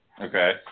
okay